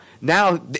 now